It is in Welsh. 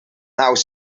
haws